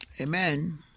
Amen